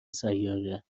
سیاره